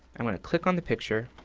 i'm going to click on the picture.